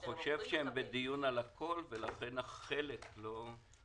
אני חושב שהם בדיון על הכול ולכן החלק לא מספיק.